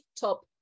top